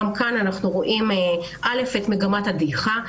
אנחנו רואים את מגמת הדעיכה.